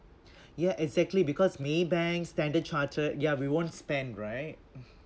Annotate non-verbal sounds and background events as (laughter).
yeah exactly because maybank standard chartered ya we wont spend right (laughs)